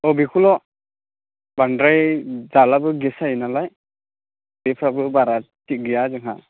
औ बेखौल' बांद्राय जालाबो गेस जायो नालाय उदैफ्राबो बारा थिग गैया जोंहा